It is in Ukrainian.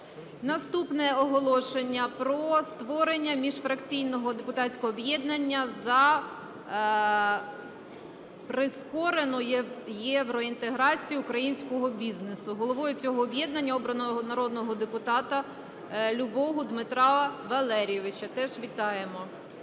Наступне оголошення про створення міжфракційного депутатського об'єднання "За прискорену євроінтеграцію українського бізнесу". Головою цього об'єднання обрано народного депутата обрано Люботу Дмитра Валерійовича. Теж вітаємо.